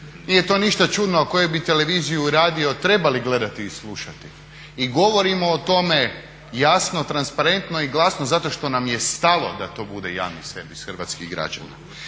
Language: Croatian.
Nije to ništa čudno, a koju bi televiziju i radio trebali gledati i slušati i govorimo o tome jasno, transparentno i glasno zato što nam je stalo da to bude javni servis hrvatskih građana.